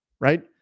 Right